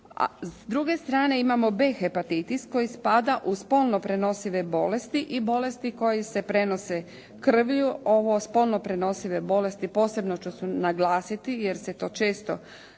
S druge strane imamo B hepatitis koji spada u spolno prenosive bolesti i bolesti koje se prenose krvlju. Ovo spolno prenosive bolesti posebno ću naglasiti jer se to često zaboravlja